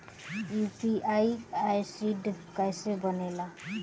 UPI ID कैसे बनेला?